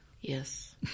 Yes